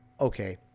okay